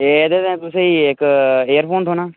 एह्दे न तुसें ई इक एयर फोन थ्होना